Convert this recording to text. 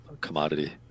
commodity